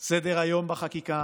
סדר-היום בחקיקה